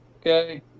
okay